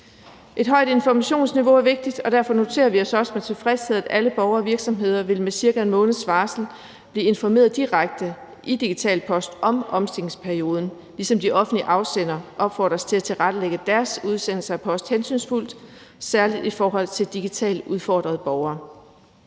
Et højt informationsniveau er vigtigt, og derfor noterer vi os også med tilfredshed, at alle borgere og virksomheder med cirka en måneds varsel vil blive informeret direkte i Digital Post om omstillingsperioden, ligesom de offentlige afsendere opfordres til at tilrettelægge deres udsendelse af post hensynsfuldt, særlig i forhold til digitalt udfordrede borgere.